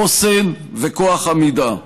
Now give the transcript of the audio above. חוסן וכוח עמידה.